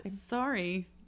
Sorry